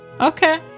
Okay